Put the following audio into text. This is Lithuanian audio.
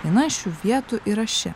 viena šių vietų yra ši